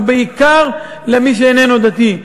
ובעיקר למי שאיננו דתי.